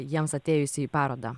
jiems atėjus į parodą